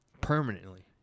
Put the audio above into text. Permanently